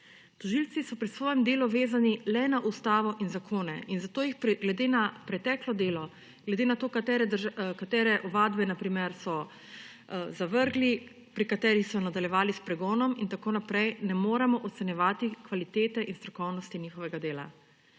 Tožilci so pri svojem delu vezani le na ustavo in zakone in zato glede na preteklo delo, glede na to, katere ovadbe, na primer, so zavrgli, pri katerih so nadaljevali s pregonom in tako naprej, ne moremo ocenjevati kvalitete in strokovnosti njihovega dela.